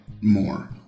more